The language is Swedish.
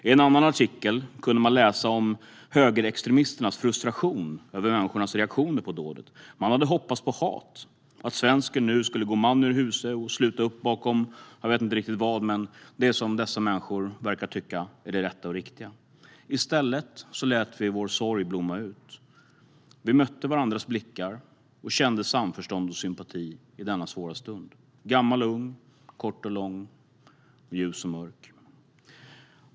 I en annan artikel kunde man läsa om högerextremisternas frustration över människornas reaktioner på dådet. Man hade hoppats på hat, på att svensken nu skulle gå man ur huse och sluta upp bakom jag vet inte riktigt vad - det som dessa människor verkar tycka är det rätta och riktiga. I stället lät vi vår sorg blomma ut. Vi mötte varandras blickar och kände samförstånd och sympati i denna svåra stund, gammal och ung, kort och lång, ljus och mörk.